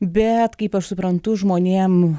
bet kaip aš suprantu žmonėm